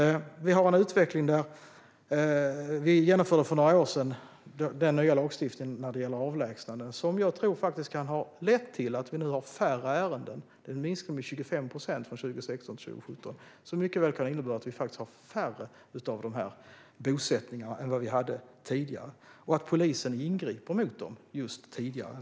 Vi genomförde för några år sedan den nya lagstiftningen om avlägsnanden, som jag faktiskt tror kan ha lett till att vi nu har färre ärenden. Det skedde en minskning med 25 procent från 2016 till 2017, vilket mycket väl kan innebära att vi har färre bosättningar än vi hade tidigare och att polisen ingriper mot dem tidigare.